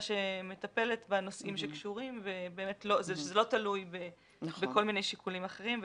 שמטפלת בנושאים שקשורים בו וזה לא תלוי בכל מיני שיקולים אחרים.